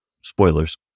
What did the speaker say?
spoilers